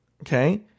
Okay